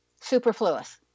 superfluous